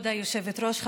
כבוד היושבת-ראש,